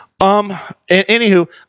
Anywho